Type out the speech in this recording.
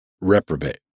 reprobate